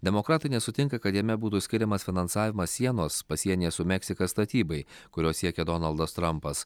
demokratai nesutinka kad jame būtų skiriamas finansavimas sienos pasienyje su meksika statybai kurios siekia donaldas trampas